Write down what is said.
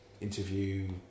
interview